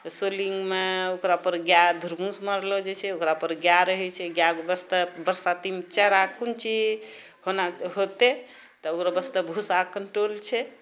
सोलिङ्गमे ओकरापर गाए धुरमुस मारलऽ जाइ छै ओकरापर गाए रहै छै गाएके वास्ते बरसातीमे चैरा कुनची होना होतै तऽ ओकरो वास्ते भूसा कन्ट्रोल छै